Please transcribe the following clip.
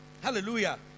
Hallelujah